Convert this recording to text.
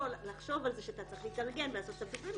לחשוב שהוא צריך להתארגן ולעשות צו תשלומים,